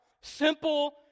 Simple